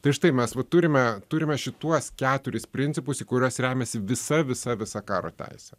tai štai mes va turime turime šituos keturis principus į kuriuos remiasi visa visa visa karo teisė